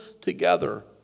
together